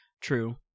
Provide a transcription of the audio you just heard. True